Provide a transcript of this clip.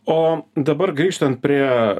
o dabar grįžtant prie